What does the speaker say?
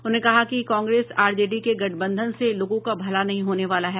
उन्होंने कहा कि कांग्रेस आरजेडी के गठबंधन से लोगों का भला नहीं होने वाला है